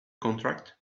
contract